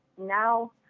Now